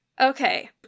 Okay